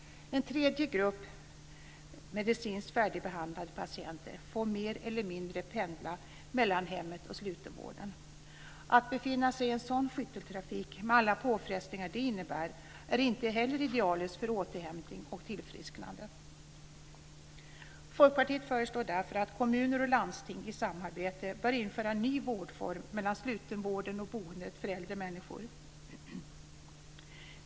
En tredje grupp medicinskt färdigbehandlade patienter får mer eller mindre pendla mellan hemmet och slutenvården. Att befinna sig i en sådan skytteltrafik, med alla påfrestningar som det innebär, är inte heller idealiskt för återhämtning och tillfrisknande.